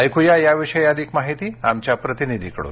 ऐकुया या विषयी अधिक माहिती आमच्या प्रतिनिधीकडून